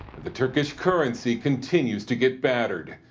and the turkish currency continues to get battered.